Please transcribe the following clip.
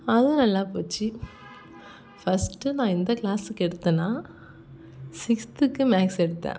அதுவும் நல்லா போச்சு ஃபர்ஸ்ட்டு நான் எந்த க்ளாஸுக்கு எடுத்தோன்னா சிக்ஸ்த்துக்கு மேக்ஸ் எடுத்தேன்